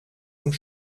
und